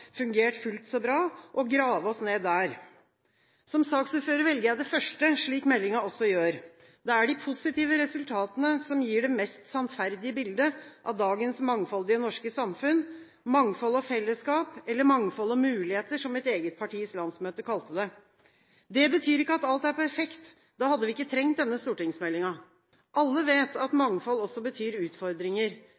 fungert fullt så bra, og grave oss ned der. Som saksordfører velger jeg det første, slik meldingen også gjør. Det er de positive resultatene som gir det mest sannferdige bildet av dagens mangfoldige norske samfunn, mangfold og fellesskap, eller mangfold og muligheter som mitt eget partis landsmøte kalte det. Det betyr ikke at alt er perfekt, da hadde vi ikke trengt denne stortingsmeldingen. Alle vet at